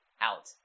out